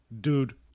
dude